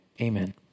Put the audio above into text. Amen